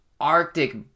Arctic